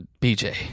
BJ